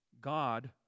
God